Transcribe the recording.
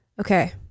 Okay